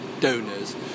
donors